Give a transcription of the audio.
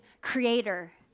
creator